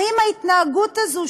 האם ההתנהגות הזאת,